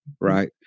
right